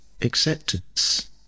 acceptance